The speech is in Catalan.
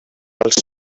els